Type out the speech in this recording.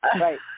Right